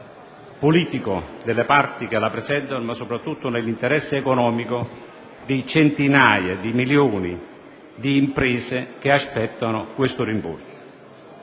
politico delle parti che la presentano, ma soprattutto nell'interesse economico di centinaia di migliaia di imprese che aspettano questo rimborso.